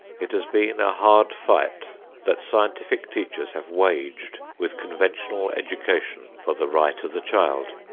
it has been a hard fight that scientific teachers have waged with conventional education for the right of the child.